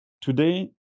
Today